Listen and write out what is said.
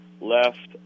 left